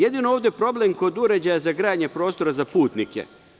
Jedino je ovde problem kod uređaja za grejanje prostora za putnike.